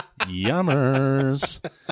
Yummers